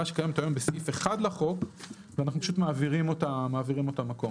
שקיימת היום בסעיף 1 לחוק ואנחנו פשוט מעבירים אותה למקום.